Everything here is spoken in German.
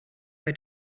bei